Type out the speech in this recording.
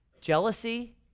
Jealousy